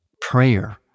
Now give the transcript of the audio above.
prayer